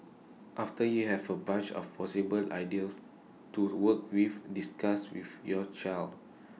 after you have A bunch of possible ideas to work with discuss with your child